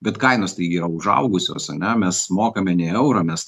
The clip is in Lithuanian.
bet kainos taigi yra užaugusios ane mes mokame nei eurą mes